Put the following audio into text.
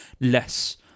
less